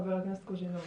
חבר הכנסת קוז'ינוב.